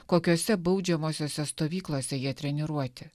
kokiose baudžiamosiose stovyklose jie treniruoti